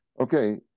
okay